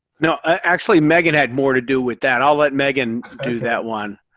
no actually meghan had more to do with that i'll let megan do that one